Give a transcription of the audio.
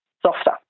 softer